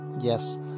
Yes